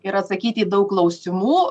ir atsakyti į daug klausimų